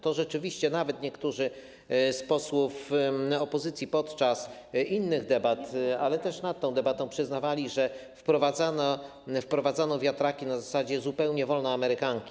To rzeczywiście nawet niektórzy z posłów opozycji podczas innych debat, ale też nad tą debatą przyznawali, że wprowadzano wiatraki na zasadzie wolnej amerykanki.